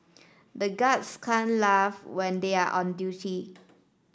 the guards can't laugh when they are on duty